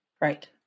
Right